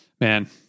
man